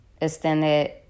extended